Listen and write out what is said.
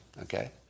okay